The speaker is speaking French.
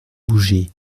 bougé